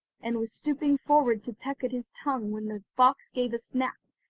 and was stooping forward to peck at his tongue when the fox gave a snap,